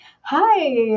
hi